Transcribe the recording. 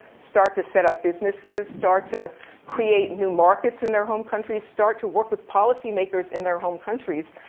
start to set up businesses, start to create new markets in their home countries, start to work with policymakers in their home countries,